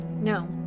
No